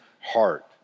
heart